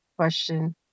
question